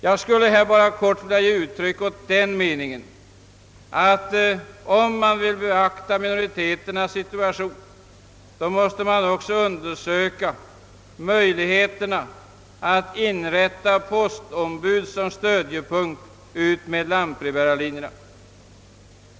Jag skulle här kortfattat vilja ge uttryck för den meningen, att om man vill beakta minoriternas önskemål, måste man också undersöka möjligheterna att inrätta postombud som stödjepunkter utmed lantbrevbärarlinjerna.